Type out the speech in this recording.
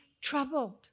troubled